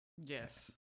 Yes